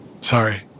Sorry